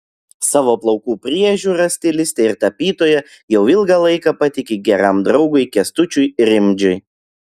savo plaukų priežiūrą stilistė ir tapytoja jau ilgą laiką patiki geram draugui kęstučiui rimdžiui